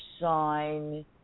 sign